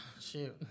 shoot